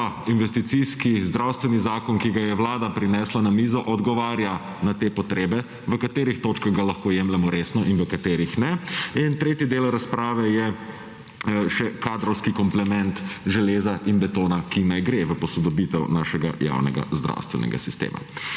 ta investicijski zdravstveni zakon, ki ga je vlada prinesla na mizo odgovarja na te potrebe v katerih točkah ga lahko jemljemo resno in v katerih ne in tretji del razprave je še kadrovski kompliment železa in betona, ki ne gre v posodobitev našega javnega zdravstvenega sistema.